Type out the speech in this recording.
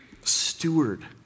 steward